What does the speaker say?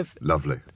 Lovely